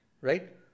right